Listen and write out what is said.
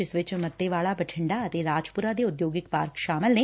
ਜਿਸ ਵਿਚ ਮੱਤੇਵਾਲਾ ਬਠਿੰਡਾ ਅਤੇ ਰਾਜਪੁਰਾ ਦੇ ਉਦਯੋਗਿਕ ਪਾਰਕ ਸ਼ਾਮਲ ਨੇ